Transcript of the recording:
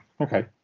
Okay